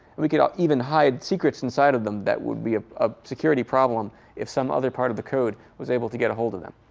we can um even hide secrets inside of them that would be a security problem if some other part of the code was able to get a hold of them.